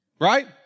Right